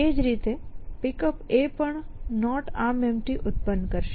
તે જ રીતે Pickup પણ ArmEmpty ઉત્પન્ન કરશે